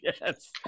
Yes